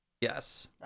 Yes